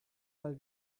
mal